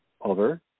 over